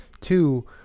Two